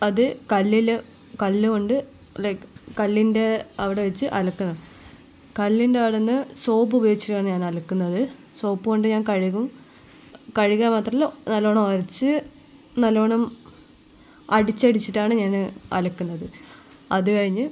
അത് കല്ലിൽ കല്ലു കൊണ്ട് ലൈക്ക് കല്ലിൻ്റെ അവിടെ വെച്ച് അലക്കണ കല്ലിൻ്റെ അവിടെനിന്ന് സോപ്പ് ഉപയോഗിച്ചാണ് ഞാൻ അലക്കുന്നത് സോപ്പ് കൊണ്ട് ഞാൻ കഴുകും കഴുകുക മാത്രമല്ല നല്ലോണം ഉരച്ച് നല്ലോണം അടിച്ചടിച്ചിട്ടാണ് ഞാൻ അലക്കുന്നത് അത് കഴിഞ്ഞ്